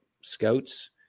scouts